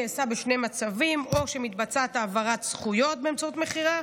נעשה בשני מצבים: או כשמתבצעת העברת זכויות באמצעות מכירה,